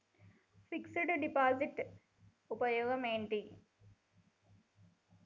Fix డ్ deposit ఉపయోగం ఏంటి?